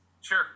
Sure